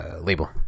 label